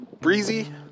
breezy